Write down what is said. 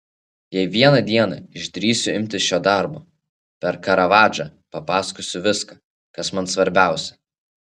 jei vieną dieną išdrįsiu imtis šio darbo per karavadžą papasakosiu viską kas man svarbiausia